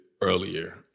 earlier